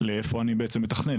לאיפה אני בעצם מתכנן,